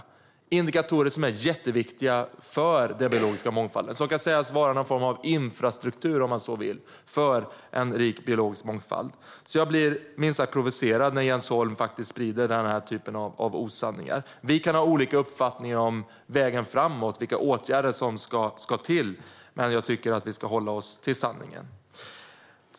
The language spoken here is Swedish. Det är indikatorer som är jätteviktiga för den biologiska mångfalden och kan sägas vara någon form av infrastruktur, om man så vill, för en rik biologisk mångfald. Jag blir därför minst sagt provocerad när Jens Holm sprider den här typen av osanningar. Vi kan ha olika uppfattningar om vägen framåt och om vilka åtgärder som ska till, men jag tycker att vi ska hålla oss till sanningen.